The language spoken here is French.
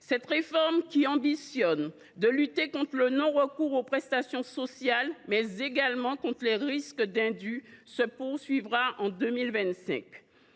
Cette réforme, qui tend à lutter contre le non recours aux prestations sociales, mais également contre les risques d’indus, se poursuivra en 2025.